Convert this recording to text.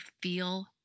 feel